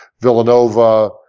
Villanova